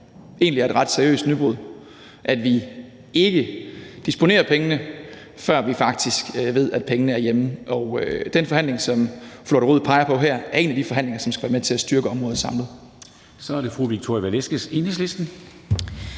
egentlig er et ret seriøst nybrud, altså at vi ikke disponerer pengene, før vi faktisk ved, om pengene er hjemme, og den forhandling, som fru Lotte Rod peger på her, er en af de forhandlinger, som skal være med til at styrke området samlet.